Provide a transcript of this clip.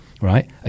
right